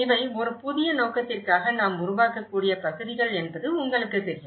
இவை ஒரு புதிய நோக்கத்திற்காக நாம் உருவாக்கக்கூடிய பகுதிகள் என்பது உங்களுக்குத் தெரியும்